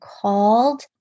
called